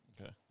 Okay